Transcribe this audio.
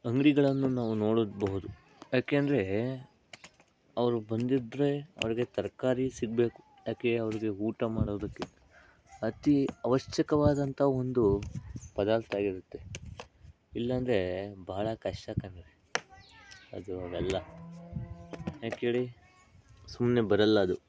ಅಂಗಡಿಗಳಲ್ಲು ನಾವು ನೋಡಬಹುದು ಏಕೆಂದ್ರೇ ಅವರು ಬಂದಿದ್ದರೆ ಅವರಿಗೆ ತರಕಾರಿ ಸಿಗಬೇಕು ಏಕೆ ಅವರಿಗೆ ಊಟ ಮಾಡೋದಕ್ಕೆ ಅತಿ ಅವಶ್ಯಕವಾದಂಥ ಒಂದೂ ಪದಾರ್ಥ ಇರುತ್ತೆ ಇಲ್ಲಾಂದ್ರೇ ಬಹಳ ಕಷ್ಟ ಕಣ್ರಿ ಅದು ಎಲ್ಲ ಯಾಕೇಳಿ ಸುಮ್ಮನೆ ಬರಲ್ಲದು